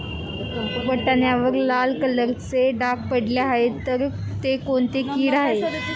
वाटाण्यावर लाल कलरचे डाग पडले आहे तर ती कोणती कीड आहे?